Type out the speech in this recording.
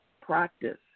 practice